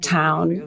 town